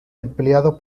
empleado